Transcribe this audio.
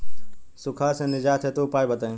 सुखार से निजात हेतु उपाय बताई?